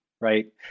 right